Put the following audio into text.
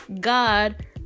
God